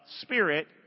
spirit